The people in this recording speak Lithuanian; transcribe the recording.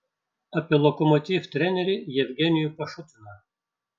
apie lokomotiv trenerį jevgenijų pašutiną